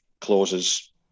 clauses